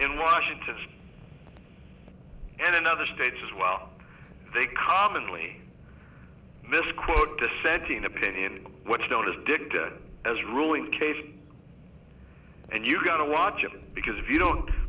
in washington and in other states as well they commonly misquote dissenting opinion what's known as dig as ruling cases and you've got to watch it because if you don't